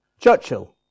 Churchill